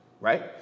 right